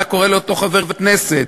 מה קורה לאותו חבר כנסת?